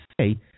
say